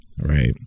Right